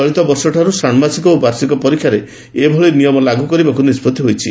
ଚଳିତବର୍ଷଠାରୁ ଷାଣ୍ଗାସିକ ଓ ବାର୍ଷିକ ପରୀକ୍ଷାରେ ଏଭଳି ନିୟମ ଲାଗୁ କରିବାକୁ ନିଷ୍ବଭି ହୋଇଛି